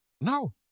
No